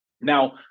Now